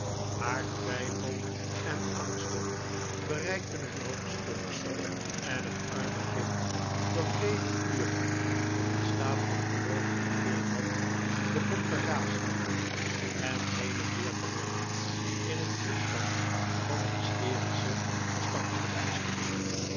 haar twijfel en angsten bereikten hun hoogtepunt en het arme kind dat vele uren in een staat van verdooving verkeerd had begon te raaskallen en heen en weer te rennen in een toestand van hysterische verstandsverbijstering